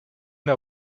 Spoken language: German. der